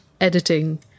editing